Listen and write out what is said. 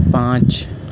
پانچ